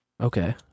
Okay